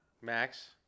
Max